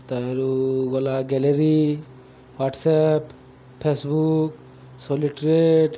ତାହିଁରୁ ଗଲା gallery WhatsApp Facebook ସୋଲିଟ୍ରେଟ୍